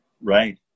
right